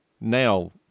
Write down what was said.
now